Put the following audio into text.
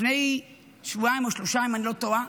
לפני שבועיים או שלושה, אם אני לא טועה,